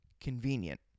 convenient